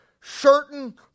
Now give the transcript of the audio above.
certain